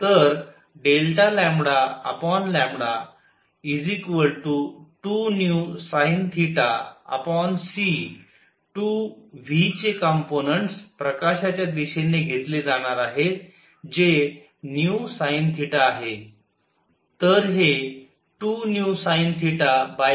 तर 2vsinθc 2 v चे components प्रकाशाच्या दिशेने घेतले जाणार आहेत जे vsinθआहे